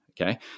Okay